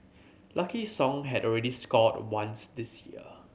Lucky Song had already scored once this year